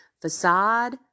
Facade